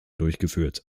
durchgeführt